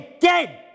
dead